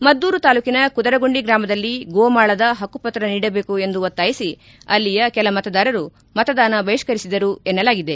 ಮದ್ದೂರು ತಾಲೂಕಿನ ಕುದರಗುಂಡಿ ಗ್ರಾಮದಲ್ಲಿ ಗೋಮಾಳದ ಹಕ್ಕುಪತ್ರ ನೀಡಬೇಕು ಎಂದು ಒತ್ತಾಯಿಸಿ ಅಲ್ಲಿಯ ಕೆಲ ಮತದಾರರು ಮತದಾನ ಬಹಿಷ್ಠರಿಸಿದರು ಎನ್ನಲಾಗಿದೆ